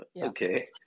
okay